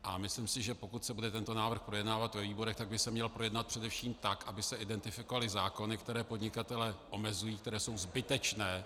A myslím si, že pokud se bude tento návrh projednávat ve výborech, tak by se měl projednat především tak, aby se identifikovaly zákony, které podnikatele omezují, které jsou zbytečné.